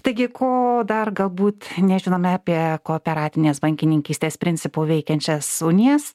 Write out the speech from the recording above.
taigi ko dar galbūt nežinome apie kooperatinės bankininkystės principu veikiančias unijas